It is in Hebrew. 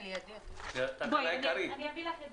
אני אביא לך את